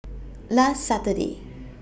last Saturday